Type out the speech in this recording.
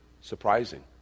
surprising